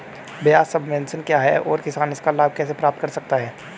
ब्याज सबवेंशन क्या है और किसान इसका लाभ कैसे प्राप्त कर सकता है?